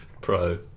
Pro